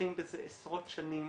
מתמחים בזה עשרות שנים,